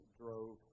drove